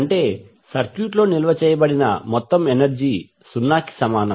అంటే సర్క్యూట్లో నిల్వ చేయబడిన మొత్తం ఎనర్జీ 0 కి సమానం